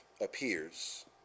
appears